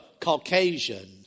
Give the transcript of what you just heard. Caucasian